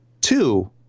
Two